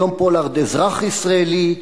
היום פולארד אזרח ישראלי,